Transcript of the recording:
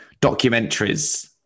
documentaries